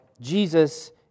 Jesus